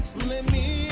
let me